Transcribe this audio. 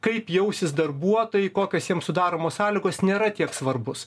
kaip jausis darbuotojai kokios jiem sudaromos sąlygos nėra tiek svarbus